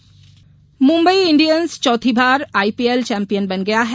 IPL Mumbai Indians चौथी बार IPL champion बन गया है